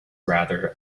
rather